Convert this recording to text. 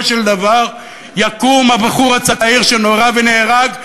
של דבר יקום הבחור הצעיר שנורה ונהרג,